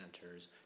centers